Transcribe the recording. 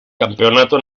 campeonato